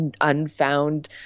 unfound